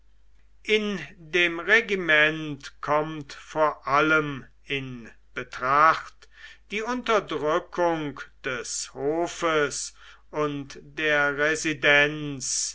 in dem regiment kommt vor allem in betracht die unterdrückung des hofes und der residenz